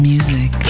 Music